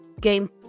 game